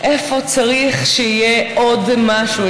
איפה צריך שיהיה עוד משהו,